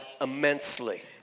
immensely